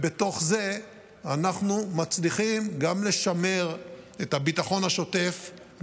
בתוך זה אנחנו מצליחים גם לשמר את הביטחון השוטף,